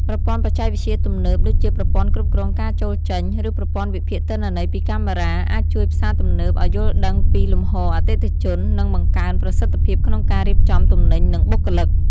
ប្រព័ន្ធបច្ចេកវិទ្យាទំនើប ដូចជាប្រព័ន្ធគ្រប់គ្រងការចូលចេញ ឬប្រព័ន្ធវិភាគទិន្នន័យពីកាមេរ៉ា អាចជួយផ្សារទំនើបឱ្យយល់ដឹងពីលំហូរអតិថិជន និងបង្កើនប្រសិទ្ធភាពក្នុងការរៀបចំទំនិញ និងបុគ្គលិក។